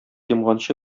йомганчы